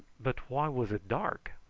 but why was it dark?